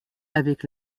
avec